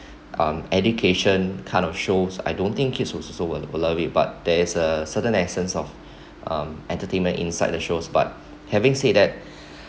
um education kind of shows I don't think kids would be also love it but there is a certain essence of um entertainment inside the shows but having said that